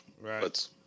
Right